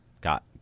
got